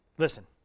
Listen